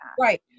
Right